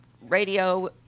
radio